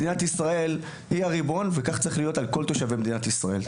מדינת ישראל היא הריבון וכך צריך להיות על כל תושבי מדינת ישראל.